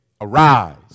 arise